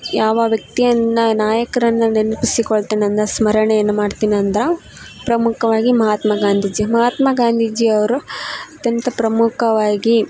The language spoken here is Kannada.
ಯಾವ ವ್ಯಕ್ತಿಯನ್ನ ನಾಯಕರನ್ನ ನೆನಪಿಸಿಕೊಳ್ತೇನಂದ್ರ ಸ್ಮರಣೆಯನ್ನು ಮಾಡ್ತಿನಂದರ ಪ್ರಮುಖವಾಗಿ ಮಹಾತ್ಮ ಗಾಂಧೀಜಿ ಮಹಾತ್ಮ ಗಾಂಧೀಜಿಯವ್ರು ಅತ್ಯಂತ ಪ್ರಮುಖವಾಗಿ